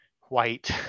white